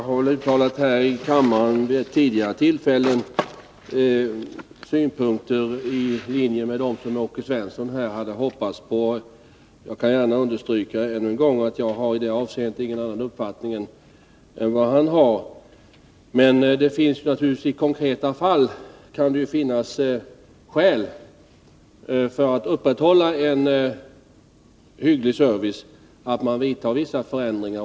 Herr talman! Jag har vid tidigare tillfällen här i kammaren uttalat synpunkter i linje med det som Åke Svensson nu hade hoppats på. Jag understryker gärna än en gång att jag inte har någon annan uppfattning än han har. Men det kan i konkreta fall finnas skäl att, för att upprätthålla en hygglig service, vidta vissa förändringar.